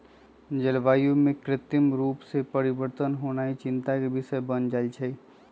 जलवायु में कृत्रिम रूप से परिवर्तन होनाइ चिंता के विषय बन जाइ छइ